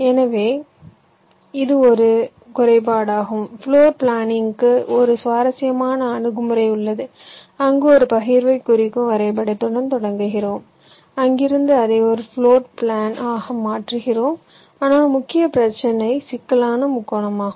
எனவே இது ஒரு குறைபாடாகும் பிளோர் பிளானிங்க்கு ஒரு சுவாரஸ்யமான அணுகுமுறை உள்ளது அங்கு ஒரு பகிர்வைக் குறிக்கும் வரைபடத்துடன் தொடங்குகிறோம் அங்கிருந்து அதை ஒரு பிளோர் பிளான்ஆக மாற்றுகிறோம் ஆனால் முக்கிய பிரச்சினை சிக்கலான முக்கோணம் ஆகும்